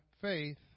faith